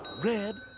red,